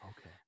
Okay